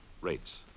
Rates